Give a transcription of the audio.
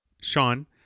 Sean